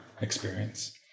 experience